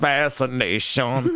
Fascination